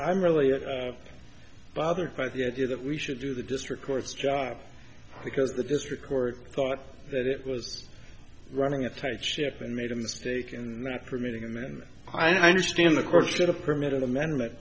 i'm really bothered by the idea that we should do the district court's job because the district court thought that it was running a tight ship and made a mistake and not permitting amendment i understand the question of permit an amendment